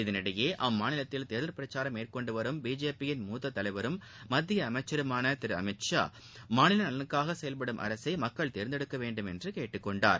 இதனிடையே அம்மாநிலத்தில் தேர்தல் பிரச்சாரம் மேற்கொண்டு வரும் பிஜேபியின் மூத்த தலைவரும் மத்திய அமைச்சருமான திரு அமித் ஷா மாநில நலனுக்காக செயவ்படும் அரசை தேர்ந்தெடுக்க வேண்டும் என்று கேட்டுக்கொண்டார்